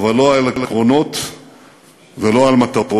אבל לא על עקרונות ולא על מטרות.